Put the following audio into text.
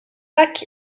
lacs